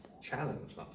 Challenge